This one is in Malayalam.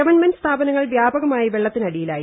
ഗവൺമെന്റ് സ്ഥാപനങ്ങൾ വ്യാപകമായി വെള്ളത്തിനടിയിലായി